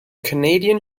canadian